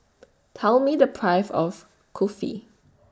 Tell Me The Price of Kulfi